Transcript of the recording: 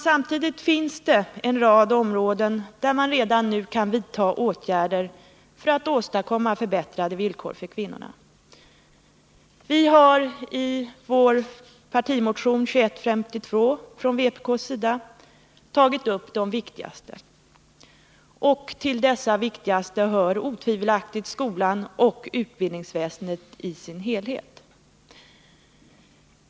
Samtidigt finns det, herr talman, en rad områden där man redan nu kan vidta åtgärder för att åstadkomma förbättrade villkor för kvinnorna. Vi inom vpk har i partimotionen 2152 tagit upp de viktigaste. Till de viktigaste områdena hör otvivelaktigt skolan och utbildningsväsendet i dess helhet.